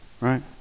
right